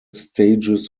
stages